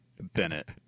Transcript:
Bennett